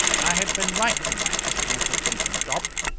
i had been right in my estimate of vincent jopp.